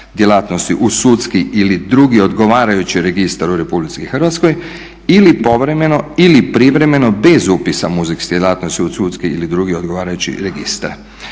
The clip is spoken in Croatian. djelatnosti u sudski ili drugi odgovarajući registar u RH ili povremeno ili privremeno bez upisa muzejske djelatnosti u sudski ili drugi odgovarajući registar.